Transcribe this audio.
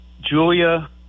Julia